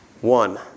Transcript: One